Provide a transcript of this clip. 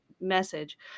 message